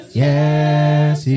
yes